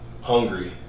hungry